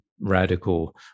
radical